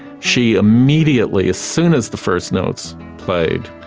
she immediately, as soon as the first notes played,